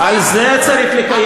על זה צריך לקיים,